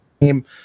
game